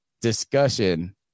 discussion